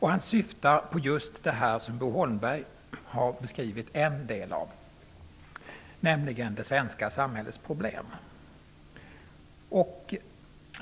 Han syftar på just det som Bo Holmberg har beskrivit en del av, nämligen det svenska samhällets problem.